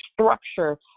structure